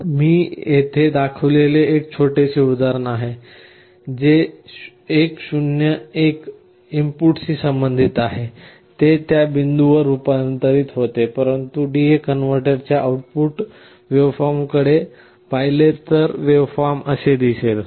हे मी येथे दाखविलेले एक छोटेसे उदाहरण आहे जे 1 0 1 इनपुटशी संबंधित आहे ते त्या बिंदूवर रूपांतरित होते परंतु आपण DA कनव्हर्टरच्या आउटपुट वेव्हफॉर्मकडे पाहिले तर वेव्हफॉर्म असे दिसेल